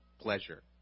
pleasure